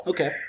Okay